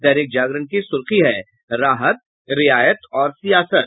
दैनिक जागरण की सुर्खी है राहत रियायत और सियासत